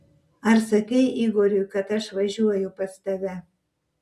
ar sakei igoriui kad aš važiuoju pas tave